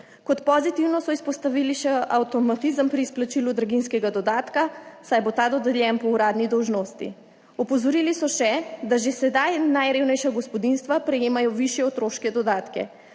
Kot pozitivno so izpostavili še avtomatizem pri izplačilu draginjskega dodatka, saj bo ta dodeljen po uradni dolžnosti. Opozorili so še, da že sedaj najrevnejša gospodinjstva prejemajo višje otroške dodatke.